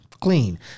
Clean